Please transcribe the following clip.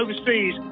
overseas